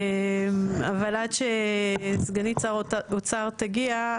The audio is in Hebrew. אבל עד שסגנית שר האוצר תגיע,